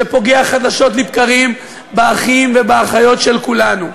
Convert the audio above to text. שפוגע חדשות לבקרים באחים ובאחיות של כולנו.